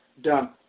done